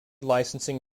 licensing